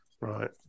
Right